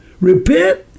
repent